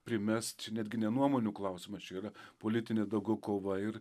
primest netgi ne nuomonių klausimas čia yra politinė daugiau kova ir